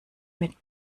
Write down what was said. mit